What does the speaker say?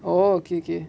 oh okay okay